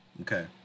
Okay